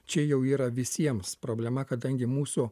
čia jau yra visiems problema kadangi mūsų